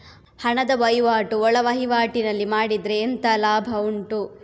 ಹಣದ ವಹಿವಾಟು ಒಳವಹಿವಾಟಿನಲ್ಲಿ ಮಾಡಿದ್ರೆ ಎಂತ ಲಾಭ ಉಂಟು?